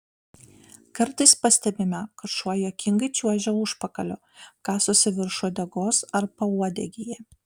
kartais pastebime kad šuo juokingai čiuožia užpakaliu kasosi virš uodegos ar pauodegyje